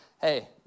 hey